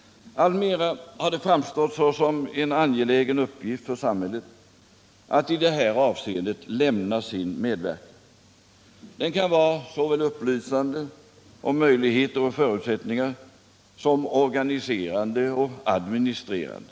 Alltmer har det framstått som en angelägen uppgift för samhället att i detta avseende lämna sin medverkan. Den kan vara såväl upplysande om möjligheter och förutsättningar som organiserande och administre rande.